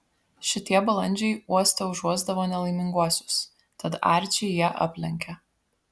šitie balandžiai uoste užuosdavo nelaiminguosius tad arčį jie aplenkė